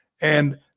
and-